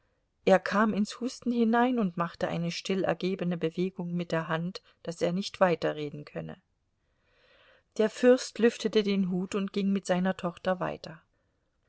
er kam ins husten hinein und machte eine still ergebene bewegung mit der hand daß er nicht weiterreden könne der fürst lüftete den hut und ging mit seiner tochter weiter